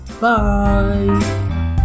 bye